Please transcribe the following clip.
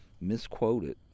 misquoted